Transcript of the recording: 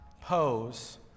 pose